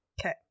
Okay